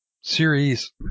series